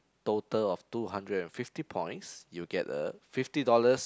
total of two hundred and fifty points you'll get a fifty dollars